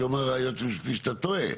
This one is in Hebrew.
כי אומר היועץ המשפטי שאתה טועה.